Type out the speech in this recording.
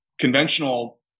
conventional